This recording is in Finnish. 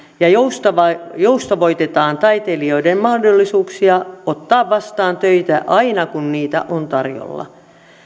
ja joustavoitetaan taiteilijoiden mahdollisuuksia ottaa vastaan töitä aina kun niitä on tarjolla